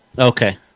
Okay